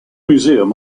museum